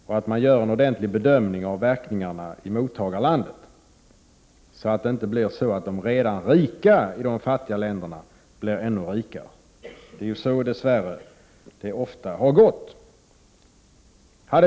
Det behövs en ordentlig bedömning av verkningarna på mottagarlandet för att förhindra att redan rika i de fattiga länderna blir ännu rikare. Så har det, dess värre, ofta blivit.